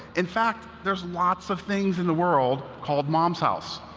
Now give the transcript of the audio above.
in fact, there's lots of things in the world called mom's house.